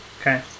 Okay